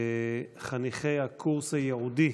חניכי הקורס הייעודי